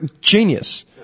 genius